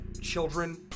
children